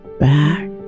back